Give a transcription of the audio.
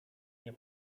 nie